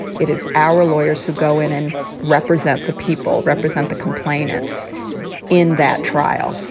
it is our lawyers who go in and represent the people, represent the complainants in that trial,